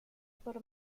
por